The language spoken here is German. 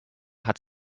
hat